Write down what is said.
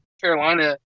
Carolina –